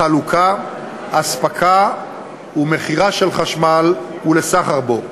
חלוקה, הספקה ומכירה של חשמל ולסחר בו.